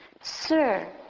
sir